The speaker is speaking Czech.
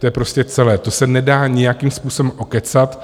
To je prostě celé, to se nedá nějakým způsobem okecat.